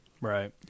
Right